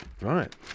Right